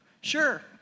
Sure